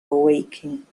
awaken